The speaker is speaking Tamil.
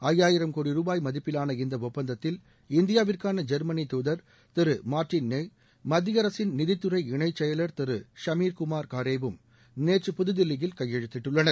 ஐயாயிரம் கோடி ரூபாய் மதிப்பிலான இந்த ஒப்பந்தத்தில் இந்தியாவுக்கான ஜெர்மனி துதர் திரு மாாடின்நெய் மத்திய அரசின் நிதித்துறை இணைச் செயலர் திரு ஷமீாகுமாா் காரேவும் நேற்று புதுதில்லியில் கையெழுத்திட்டுள்ளனர்